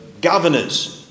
governors